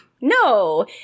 No